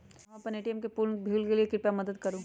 हम अपन ATM PIN भूल गेली ह, कृपया मदत करू